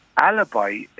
alibi